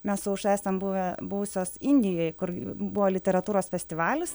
mes esam buvę buvusios indijoj kur buvo literatūros festivalis